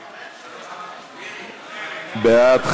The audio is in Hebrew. בעד,